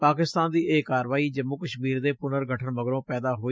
ਪਾਕਿਸਤਾਨ ਦੀ ਇਹ ਕਾਰਵਾਈ ਜੰਮੁ ਕਸ਼ਮੀਰ ਦੇ ਪੁਨਰ ਗਠਨ ਮਗਰੋਂ ਪੈਦਾ ਹੋਈ